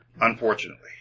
unfortunately